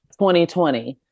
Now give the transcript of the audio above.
2020